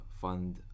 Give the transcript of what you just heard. fund